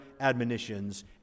admonitions